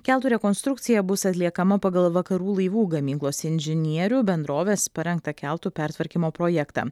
keltų rekonstrukcija bus atliekama pagal vakarų laivų gamyklos inžinierių bendrovės parengtą keltų pertvarkymo projektą